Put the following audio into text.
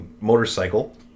motorcycle